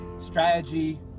strategy